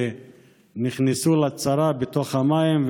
שנכנסו לצרה בתוך המים,